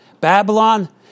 Babylon